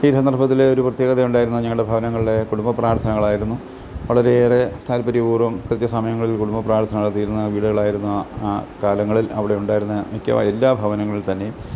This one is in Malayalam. ഈ സന്ദർഭത്തില് ഒരു പ്രത്യേകത ഉണ്ടായിരുന്നു അത് ഞങ്ങളുടെ ഭവനങ്ങളിലെ കുടുംബ പ്രാർത്ഥനകളായിരുന്നു വളരെയേറെ താല്പര്യപൂർവ്വം കൃത്യസമയങ്ങളിൽ കുടുംബ പ്രാർത്ഥന നടത്തിയിരുന്ന വീടുകളായിരുന്നു ആ ആ കാലങ്ങളിൽ അവിടെ ഉണ്ടായിരുന്ന മിക്കവ എല്ലാ ഭവനങ്ങളിൽ തന്നെയും